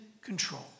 control